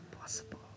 possible